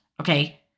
Okay